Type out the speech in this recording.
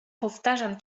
powtarzam